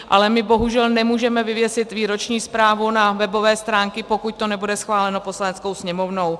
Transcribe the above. Ale my bohužel nemůžeme vyvěsit výroční zprávu na webové stránky, pokud to nebude schváleno Poslaneckou sněmovnou.